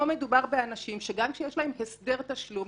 פה מדובר באנשים שגם כשיש להם הסדר תשלום,